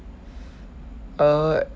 uh